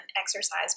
exercise